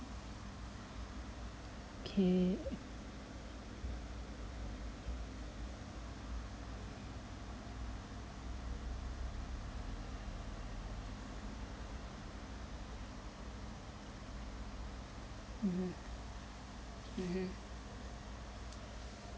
okay mmhmm mmhmm